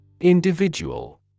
Individual